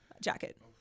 jacket